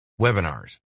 Webinars